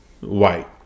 white